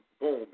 Boom